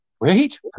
wait